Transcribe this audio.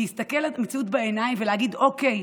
להסתכל למציאות בעיניים ולהגיד: אוקיי,